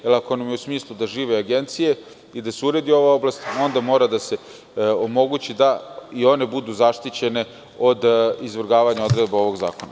Jer, ako nam je cilj da ožive agencije i da se uredi ova oblast, onda mora da se omogući da i one budu zaštićene od izvrgavanja odredaba ovog zakona.